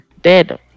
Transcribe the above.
dead